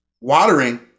watering